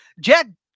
Jed